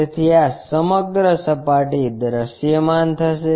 તેથી આ સમગ્ર સપાટી દૃશ્યમાન થશે